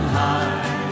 high